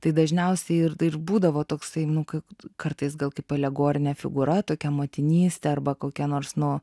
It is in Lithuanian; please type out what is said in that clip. tai dažniausiai ir būdavo toksai nu kad kartais gal kaip alegorine figūra tokia motinystė arba kokia nors nu